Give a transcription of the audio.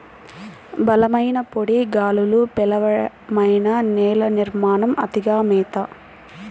బలమైన పొడి గాలులు, పేలవమైన నేల నిర్మాణం, అతిగా మేత